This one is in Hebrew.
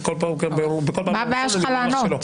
וכל פעם ביום ראשון אני אומר לך שלא.